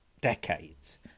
decades